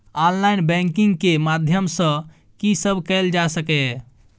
Online banking के माध्यम सं की सब कैल जा सके ये?